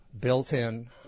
built-in